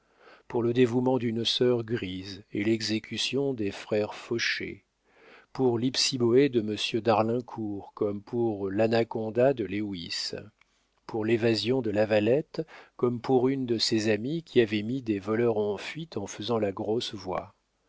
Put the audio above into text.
pour le dévouement d'une sœur grise et l'exécution des frères faucher pour l'ipsiboé de monsieur d'arlincourt comme pour l'anaconda de lewis pour l'évasion de lavalette comme pour une de ses amies qui avait mis des voleurs en fuite en faisant la grosse voix